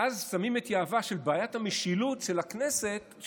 ואז שמים את יהבנו, ובעיית המשילות של הממשלה